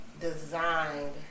designed